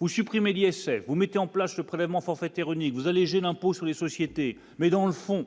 ou supprimer l'ISF, vous mettez en place le prélèvement forfaitaire unique vous alléger l'impôt sur les sociétés, mais dans le fond.